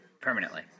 permanently